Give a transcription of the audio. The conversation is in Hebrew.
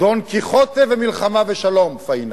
"דון קיחוטה" ו"מלחמה ושלום", פאינה.